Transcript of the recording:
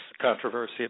controversy